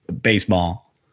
baseball